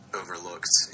overlooked